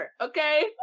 okay